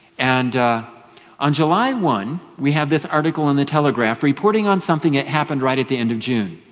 and on july one, we have this article in the telegraph reporting on something that happened right at the end of june.